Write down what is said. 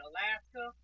Alaska